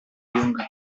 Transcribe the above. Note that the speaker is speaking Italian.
lunga